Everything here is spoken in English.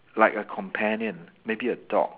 like a companion maybe a dog